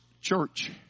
church